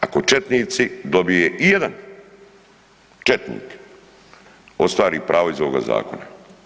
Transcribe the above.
Ako četnici dobije, ijedan, četnik, ostvari pravo iz ovoga Zakona.